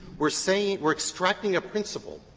we're saying we're extracting a principle.